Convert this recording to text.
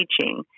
teaching